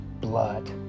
blood